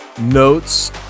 notes